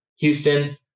Houston